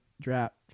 draft